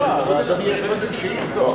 אדוני, יש קודם שאילתות.